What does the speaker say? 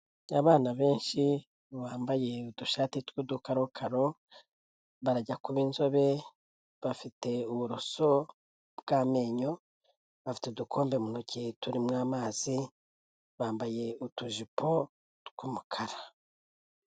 Abana benshi bambaye udushati tw'udukarokaro, barajya kuba inzobe, bafite uburoso bw'amenyo, bafite udukombe mu ntoki turimo amazi, bambaye utujipo tw'umukara.